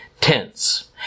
tense